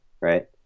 right